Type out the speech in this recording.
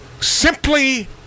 simply